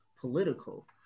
political